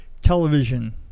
television